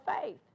faith